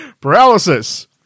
Paralysis